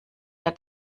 der